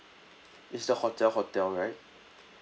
it's the hotel hotel right